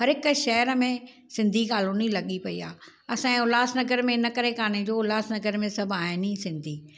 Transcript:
हर हिकु शहर में सिंधी कालोनी लॻी पई आहे असांजे उल्हासनगर में इन करे कोन्हे जो उल्हासनगर में सभु आहिनि ई सिंधी